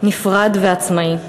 נפרד ועצמאי.